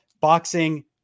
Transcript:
boxing